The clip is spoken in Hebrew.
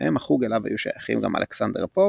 ביניהם החוג אליו היו שייכים גם אלכסנדר פופ,